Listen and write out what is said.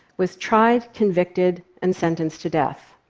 was tried, convicted and sentenced to death.